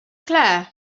claire